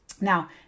Now